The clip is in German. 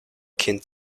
kind